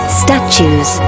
statues